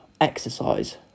Exercise